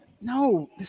No